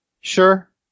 Sure